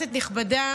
כנסת נכבדה,